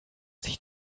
sich